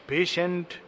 Patient